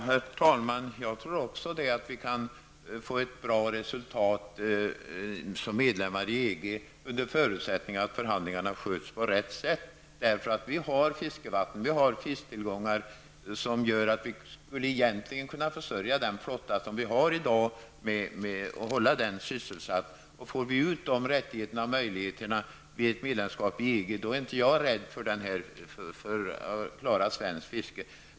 Herr talman! Även jag tror att vi kan få ett bra resultat som medlemmar i EG under förutsättning att förhandlingarna sköts på rätt sätt. Vi har fiskevatten, och vi har fisktillgångar som gör att vi egentligen skulle kunna försörja den flotta vi har i dag och hålla den sysselsatt. Om får vi ut de rättigheterna och möjligheterna vid ett medlemskap i EG tvivlar jag inte på att vi kommer att klara svenskt fiske.